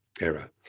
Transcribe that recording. era